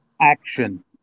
action